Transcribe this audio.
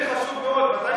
זה חשוב מאוד.